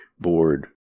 board